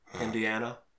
Indiana